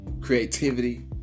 creativity